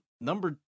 Number